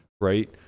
Right